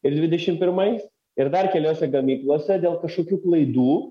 ir dvidešim pirmais ir dar keliose gamyklose dėl kažkokių klaidų